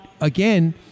again